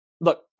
look –